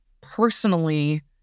personally